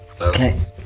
Okay